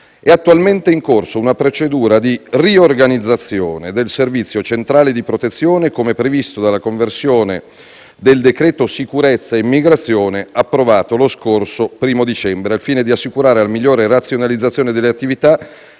È attualmente in corso una procedura di riorganizzazione del Servizio centrale di protezione, come previsto dalla legge di conversione del decreto sicurezza e immigrazione, approvata lo scorso 1° dicembre, al fine di assicurare la migliore razionalizzazione delle attività